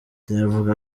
bavuga